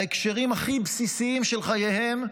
ההקשרים הכי בסיסיים של חייהם התפרקו,